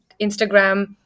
Instagram